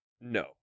No